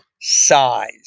size